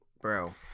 Bro